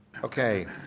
okay,